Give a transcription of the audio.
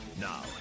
Now